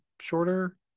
shorter